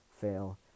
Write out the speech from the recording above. fail